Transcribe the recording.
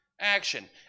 action